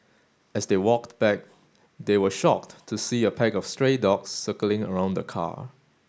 as they walked back they were shocked to see a pack of stray dogs circling around the car